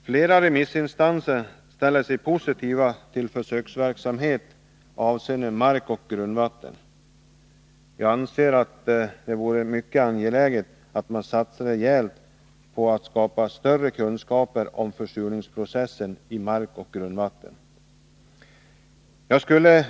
Flera remissinstanser ställer sig positiva till försöksverksamhet avseende mark och grundvatten. Jag anser att det är mycket angeläget att man satsar rejält för att få större kunskaper om försurningsprocessen i mark och grundvatten.